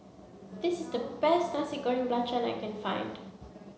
this is the best Nasi Goreng Belacan that I can find